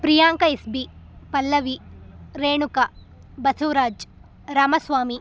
ಪ್ರಿಯಾಂಕ ಇಸ್ಬಿ ಪಲ್ಲವಿ ರೇಣುಕ ಬಸುವ್ರಾಜ ರಾಮಸ್ವಾಮಿ